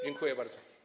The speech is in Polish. Dziękuję bardzo.